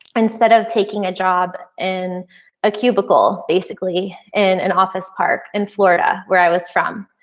instead of taking a job in a cubicle basically in an office park in florida where i was from.